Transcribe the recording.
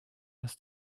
dass